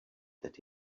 that